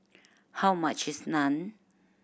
how much is Naan